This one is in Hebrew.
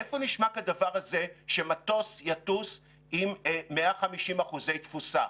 איפה נשמע כדבר הזה שמטוס יטוס עם 150% תפוסה,